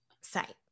site